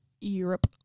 Europe